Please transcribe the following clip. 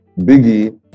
Biggie